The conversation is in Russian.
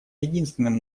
единственным